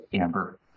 Amber